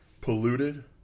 polluted